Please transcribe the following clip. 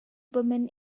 women